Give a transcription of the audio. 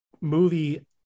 movie